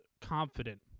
confident